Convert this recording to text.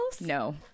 no